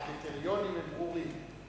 הקריטריונים הם ברורים.